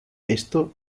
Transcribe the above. esto